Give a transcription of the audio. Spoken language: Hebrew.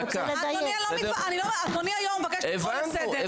אדוני היו"ר אני מבקשת לקרוא לסדר.